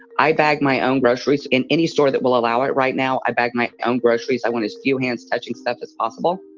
i bag my own groceries in any store that will allow it. right now, i bag my own groceries. i want to do hands touching stuff as possible.